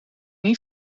niet